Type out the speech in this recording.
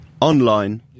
online